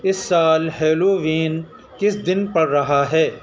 اس سال ہیلووین کس دن پڑ رہا ہے